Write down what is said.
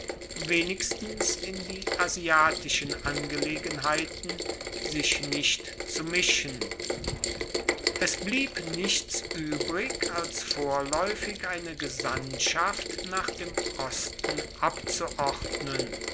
wenigstens in die asiatischen angelegenheiten sich nicht zu mischen es blieb nichts uebrig als vorlaeufig eine gesandtschaft nach dem osten abzuordnen